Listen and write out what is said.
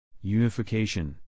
Unification